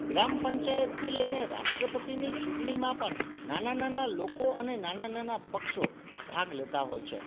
ગ્રામ પંચાયતથી લઈને રાષ્ટ્રપતિની ચૂંટણીમાં પણ નાના નાના લોકો અને નાના નાના પક્ષો ભાગ લેતા હોય છે